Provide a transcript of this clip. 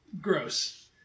gross